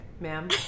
Ma'am